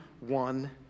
one